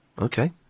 Okay